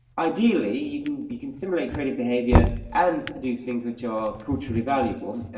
ideally you can simulate creative behaviour and produce things which are culturally valuable.